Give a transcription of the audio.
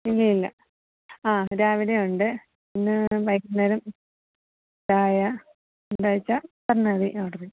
ഇല്ലയില്ല ആ രാവിലെയുണ്ട് പിന്നെ വൈകുന്നേരം ചായ എന്താണെന്നു വച്ചാൽ പറഞ്ഞാൽമതി ഓർഡർ ചെയ്യാം